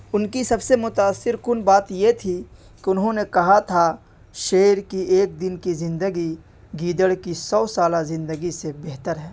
ان کی سب سے متاثر کن بات یہ تھی کہ انہوں نے کہا تھا شیر کی ایک دن کی زندگی گیدڑ کی سو سالہ زندگی سے بہتر ہے